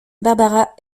barbara